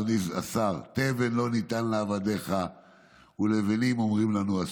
אדוני השר: תבן לא ניתן לעבדיך ולבנים אומרים לנו עשו.